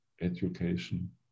education